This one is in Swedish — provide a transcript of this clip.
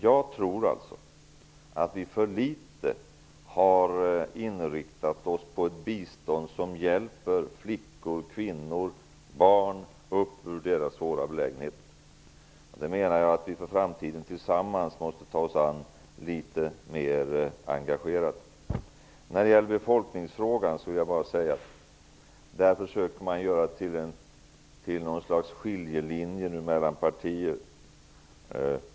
Jag tror att vi för litet har inriktat oss på ett bistånd som hjälper flickor, kvinnor och deras barn ur deras svåra belägenhet. Jag menar att vi för framtiden tillsammans måste ta oss an detta litet mer engagerat. Man försöker att göra befolkningsfrågan till något slags skiljelinje mellan partier.